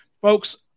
Folks